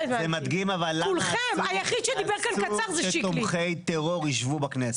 מדגים למה אסור שתומכי טרור ישבו בכנסת.